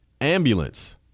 ambulance